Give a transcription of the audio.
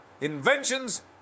inventions